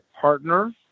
partner